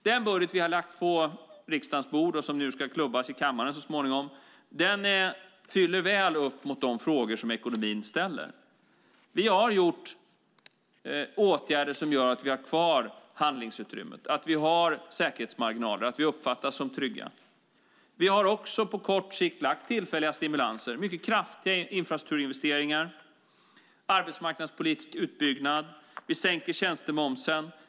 Den budget vi har lagt på riksdagens bord och som ska klubbas i kammaren så småningom svarar väl upp mot de frågor som ekonomin ställer. Vi har vidtagit åtgärder som gör att vi har kvar handlingsutrymme, att vi har säkerhetsmarginaler, att vi uppfattas som trygga. Vi har också på kort sikt gett tillfälliga stimulanser, mycket kraftiga infrastrukturinvesteringar och arbetsmarknadspolitisk utbyggnad. Vi sänker tjänstemomsen.